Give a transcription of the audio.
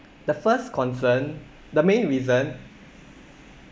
the first concern the main reason